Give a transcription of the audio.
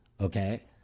Okay